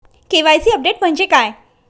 KYC update म्हणजे काय?